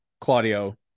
Claudio